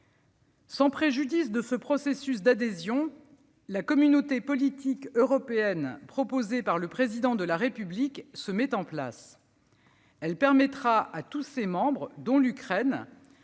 Sans préjudice de ce processus d'adhésion, la Communauté politique européenne proposée par le Président de la République se met en place. Elle permettra à tous ses membres, dont l'Ukraine,